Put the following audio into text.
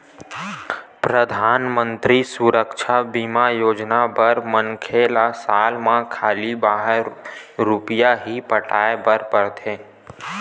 परधानमंतरी सुरक्छा बीमा योजना बर मनखे ल साल म खाली बारह रूपिया ही पटाए बर परथे